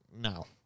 No